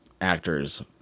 actors